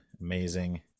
amazing